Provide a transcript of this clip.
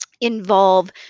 involve